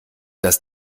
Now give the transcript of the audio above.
das